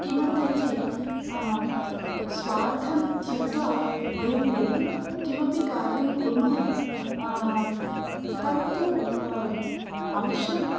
किमर्थं चेत् स्वार्थं त्यक्त्वा वयं यदि किमपि कार्यं कुर्मः तत्तु अवश्यं